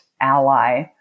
ally